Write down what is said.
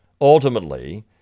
ultimately